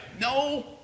No